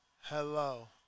hello